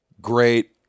great